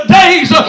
days